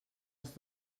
als